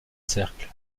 cercle